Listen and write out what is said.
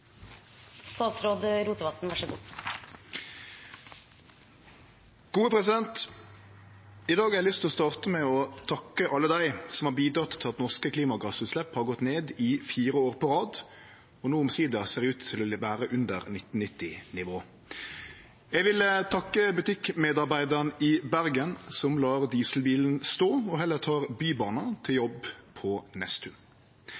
statsråd Sveinung Rotevatn. I dag har eg lyst til å starte med å takke alle dei som har bidrege til at norske klimagassutslepp har gått ned i fire år på rad og no omsider ser ut til å vere under 1990-nivå. Eg vil takke butikkmedarbeidaren i Bergen som let dieselbilen stå og heller tek Bybanen til